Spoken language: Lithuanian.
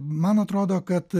man atrodo kad